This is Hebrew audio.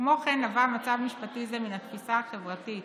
כמו כן, נבע מצב משפטי זה מן התפיסה החברתית